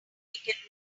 ticket